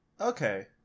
Okay